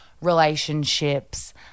relationships